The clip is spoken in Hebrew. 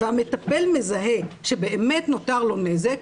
והמטפל מזהה שבאמת נותר לו נזק,